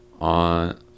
on